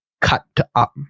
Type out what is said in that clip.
cut-up